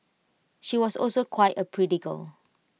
she was also quite A pretty girl